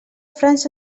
frança